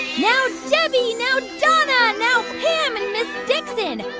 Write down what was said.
yeah debbie, now donna, now pam and ms. dixon.